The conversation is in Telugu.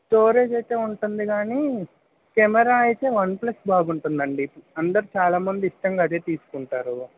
స్టోరెజీ అయితే ఉంటుంది కానీ కెమెరా అయితే వన్ ప్లస్ బాగుంటుందండి అందరూ చాలామంది ఇష్టంగా అదే తీసుకుంటారు